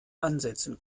ansetzen